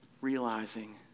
realizing